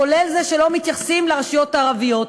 כולל זה שלא מתייחסים לרשויות הערביות.